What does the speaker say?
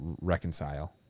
reconcile